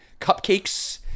cupcakes